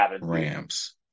Rams